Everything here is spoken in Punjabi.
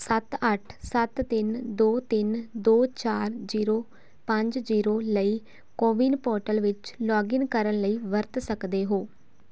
ਸੱਤ ਅੱਠ ਸੱਤ ਤਿੰਨ ਦੋ ਤਿੰਨ ਦੋ ਚਾਰ ਜੀਰੋ ਪੰਜ ਜੀਰੋ ਲਈ ਕੋਵਿਨ ਪੋਰਟਲ ਵਿੱਚ ਲੋਗਿਨ ਕਰਨ ਲਈ ਵਰਤ ਸਕਦੇ ਹੋ